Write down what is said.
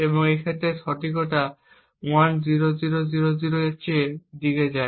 এবং এই ক্ষেত্রে সঠিকতা 10000 এর দিকে যায়